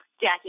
Jackie